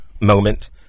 moment